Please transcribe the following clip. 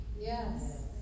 Yes